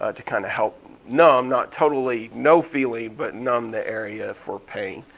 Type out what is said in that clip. ah to kinda help numb, not totally no feeling, but numb the area for pain.